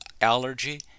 Allergy